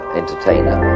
entertainer